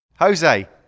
Jose